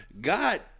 God